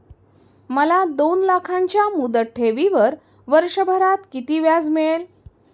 मला दोन लाखांच्या मुदत ठेवीवर वर्षभरात किती व्याज मिळेल?